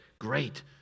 Great